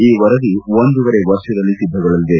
ಈ ವರದಿ ಒಂದೂವರೆ ವರ್ಷದಲ್ಲಿ ಸಿದ್ದಗೊಳ್ಳಲಿದೆ